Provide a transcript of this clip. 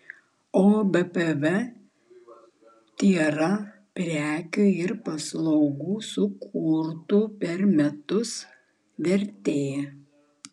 o bvp tėra prekių ir paslaugų sukurtų per metus vertė